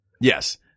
Yes